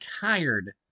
tired